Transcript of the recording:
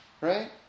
Right